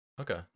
okay